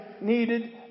needed